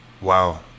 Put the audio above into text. wow